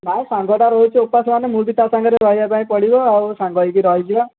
ନା ସାଙ୍ଗଟା ରହୁଛି ଉପାସ ମାନେ ମୁଁ ବି ତା ସାଙ୍ଗରେ ରହିବା ପାଇଁ ପଡ଼ିବ ଆଉ ସାଙ୍ଗ ହୋଇକି ରହିଯିବା